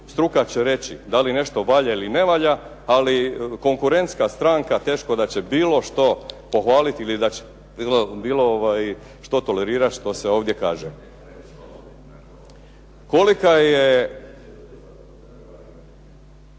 struka će reći da li nešto valja ili ne valja, ali konkurentska stranka teško da će bilo što pohvaliti ili da će bilo što tolerirati što se ovdje kaže. Kolika je,